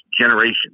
generation